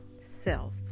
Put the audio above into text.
self